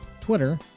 Twitter